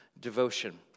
devotion